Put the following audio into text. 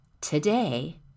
today